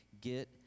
get